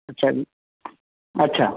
अच्छा अच्छा